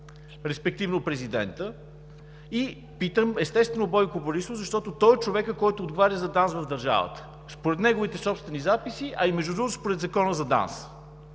респективно президента? Питам, естествено, Бойко Борисов, защото той е човекът, който отговаря за ДАНС в държавата, според неговите собствени записи, а и между другото според Закона за ДАНС.